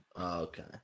Okay